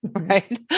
Right